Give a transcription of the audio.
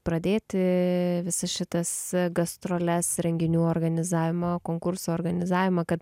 pradėti visas šitas gastroles renginių organizavimą konkurso organizavimą kad